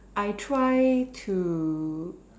I try to